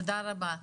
תודה רבה.